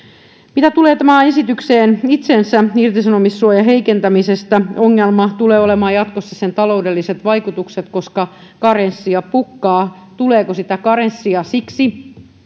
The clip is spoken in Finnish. mitä tulee tähän itse esitykseen irtisanomissuojan heikentämisestä ongelma tulee olemaan jatkossa sen taloudelliset vaikutukset koska karenssia pukkaa tuleeko sitä karenssia siksi